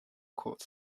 caught